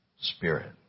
spirit